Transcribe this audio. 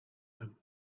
him